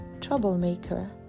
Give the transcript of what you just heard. troublemaker